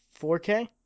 4K